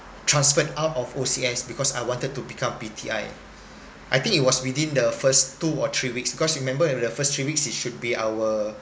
transferred out of O_C_S because I wanted to become P_T_I I think it was within the first two or three weeks because you remember in the first three weeks it should be our